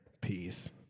Peace